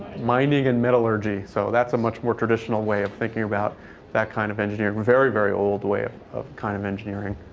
mining and metallurgy. so that's a much more traditional way of thinking about that kind of engineering, very, very old way of of kind of engineering,